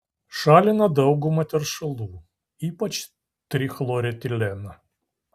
šalina daugumą teršalų ypač trichloretileną